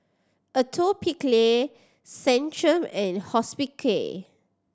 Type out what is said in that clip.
Atopiclair Centrum and Hospicare